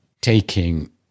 taking